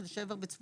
של שבר בירך,